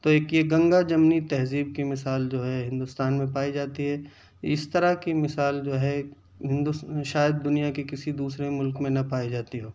تو ایک گنگا جمنی تہذیب کی مثال جو ہے ہندوستان میں پائی جاتی ہے اس طرح کی مثال جو ہے شاید دنیا کے کسی دوسرے ملک میں نہ پائی جاتی ہو